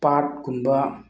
ꯄꯥꯠꯀꯨꯝꯕ